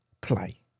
play